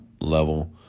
level